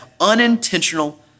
unintentional